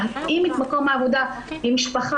להתאים את מקום העבודה למשפחה,